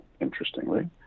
interestingly